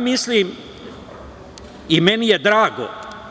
Mislim i meni je drago